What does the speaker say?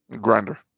Grinder